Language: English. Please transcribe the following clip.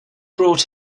brought